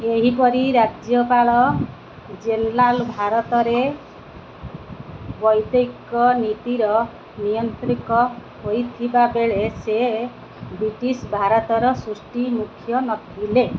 ଏହିପରି ରାଜ୍ୟପାଳ ଜେନେରାଲ୍ ଭାରତରେ ବୈଦେଶିକ ନୀତିର ନିୟନ୍ତ୍ରକ ହେଇଥିବାବେଳେ ସେ ବ୍ରିଟିଶ୍ ଭାରତର ସ୍ପଷ୍ଟ ମୁଖ୍ୟ ନଥିଲେ